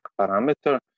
parameter